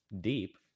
Deep